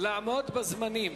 לעמוד בזמנים.